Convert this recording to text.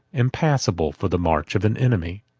impassable for the march of an enemy.